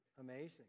amazing